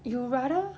you rather